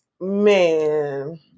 man